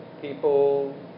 people